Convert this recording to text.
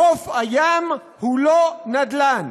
חוף הים הוא לא נדל"ן,